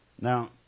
Now